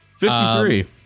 53